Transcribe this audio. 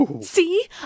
See